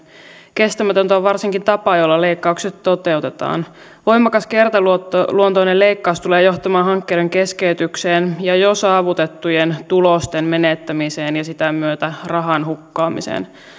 kestämätöntä on varsinkin tapa jolla leikkaukset toteutetaan voimakas kertaluontoinen leikkaus tulee johtamaan hankkeiden keskeytykseen ja jo saavutettujen tulosten menettämiseen ja sitä myötä rahan hukkaamiseen